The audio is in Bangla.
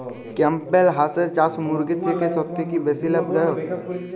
ক্যাম্পবেল হাঁসের চাষ মুরগির থেকে সত্যিই কি বেশি লাভ দায়ক?